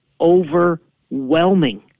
overwhelming